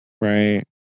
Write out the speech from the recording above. right